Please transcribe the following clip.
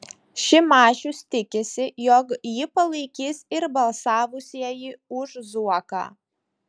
šimašius tikisi jog jį palaikys ir balsavusieji už zuoką